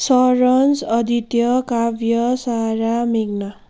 सरोज अदित्य काव्य सारा मेघना